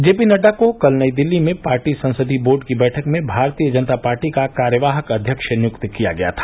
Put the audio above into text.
जे पी नड्डा को कल नई दिल्ली में पार्टी संसदीय बोर्ड की बैठक में भारतीय जनता पार्टी का कार्यवाहक अध्यक्ष नियुक्त किया गया था